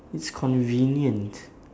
it's convenient